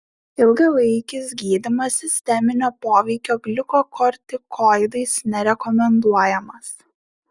ilgalaikis gydymas sisteminio poveikio gliukokortikoidais nerekomenduojamas